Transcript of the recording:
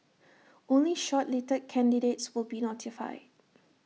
only shortlisted candidates will be notified